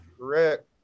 Correct